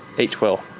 eight twelve,